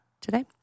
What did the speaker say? today